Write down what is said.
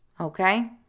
Okay